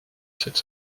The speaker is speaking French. cette